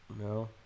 No